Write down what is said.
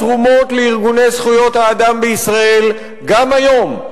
התרומות לארגוני זכויות האדם בישראל, גם היום,